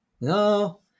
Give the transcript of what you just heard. no